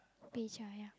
beca yeah